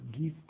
give